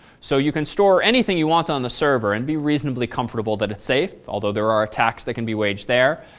so, you can store anything you want on the server and be reasonably comfortable that it's safe, although there are attacks that can be waged there.